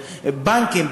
בנקים,